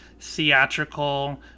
theatrical